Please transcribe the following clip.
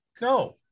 No